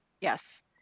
Yes